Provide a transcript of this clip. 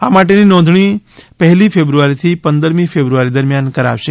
આ માટેની નોંધણી પગેલી ફેબ્રુઆરી થી પંદરમી ફેબ્રુઆરી દરમ્યાન કરાશે